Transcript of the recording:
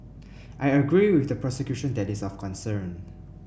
I agree with the prosecution that is of concern